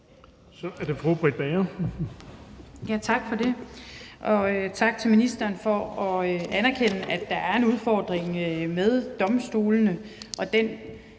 Bager. Kl. 13:56 Britt Bager (KF): Tak for det. Og tak til ministeren for at anerkende, at der er en udfordring med domstolene